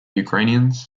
ukrainians